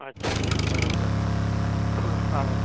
अच्छा हीअं बराबरि हा